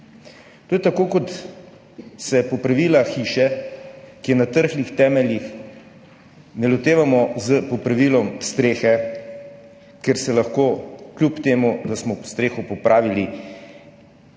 To je tako, kot se popravila hiše, ki je na trhlih temeljih, ne lotevamo s popravilom strehe, ker se lahko, kljub temu da smo streho popravili,